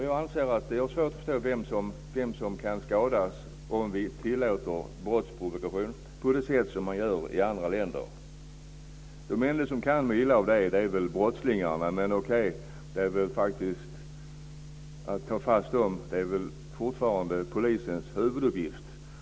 Jag har svårt att förstå vem som kan skadas om vi tillåter brottsprovokation på det sätt som man gör i andra länder. De enda som kan må illa av det är väl brottslingarna. Men att ta fast dem är väl fortfarande polisens huvuduppgift.